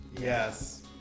Yes